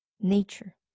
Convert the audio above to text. nature